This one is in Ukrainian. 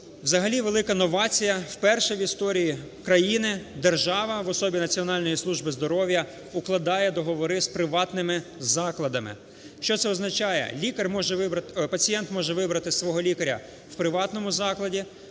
Взагалі велика новація: вперше в історії країни держава в особі Національної служби здоров'я укладає договори з приватними закладами. Що це означає? Пацієнт може вибрати свого лікаря в приватному закладі,